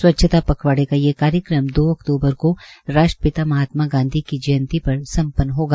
स्वच्छता पखवाड़े का ये दो अक्तूबर को राष्ट्रपिता महात्मा गांधी की जयंती पर संपन्न होगा